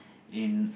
in